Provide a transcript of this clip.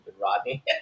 Rodney